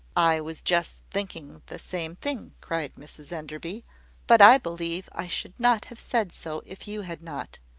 i was just thinking the same thing, cried mrs enderby but i believe i should not have said so if you had not.